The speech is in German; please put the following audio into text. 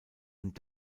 und